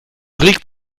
regt